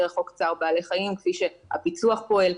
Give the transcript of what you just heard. דרך חוק צער בעלי חיים כפי שהפיצו"ח פה העלה.